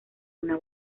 una